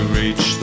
reach